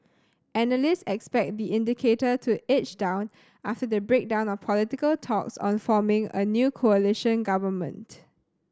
analyst expect the indicator to edge down after the breakdown of political talks on forming a new coalition government